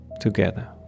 Together